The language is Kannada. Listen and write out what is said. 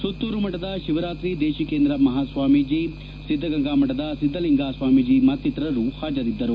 ಸುತ್ತೂರುಮಠದ ಶಿವರಾತ್ರಿ ದೇಶಿಕೇಂದ್ರ ಮಹಾಸ್ವಾಮೀಜೆ ಸಿದ್ದಗಂಗಾ ಮಠದ ಸಿದ್ದಲಿಂಗಾ ಸ್ವಾಮೀಜಿ ಮತ್ತಿತರರು ಹಾಜರಿದ್ದರು